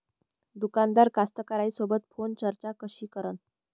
दुकानदार कास्तकाराइसोबत फोनवर चर्चा कशी करन?